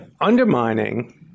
undermining